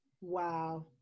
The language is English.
Wow